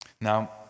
Now